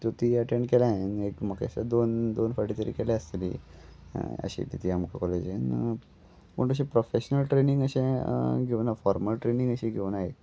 त्यो ती अटेंड केल्या हांवें एक म्हाका अशें दोन दोन फाटी तरी केली आसतली अशी ती आमकां कॉलेजीन पूण तशें प्रोफेशनल ट्रेनींग अशें घेवना फॉर्मल ट्रेनींग अशी घेवनाय हांवें